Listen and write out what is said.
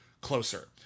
closer